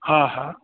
हा हा